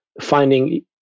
finding